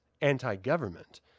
anti-government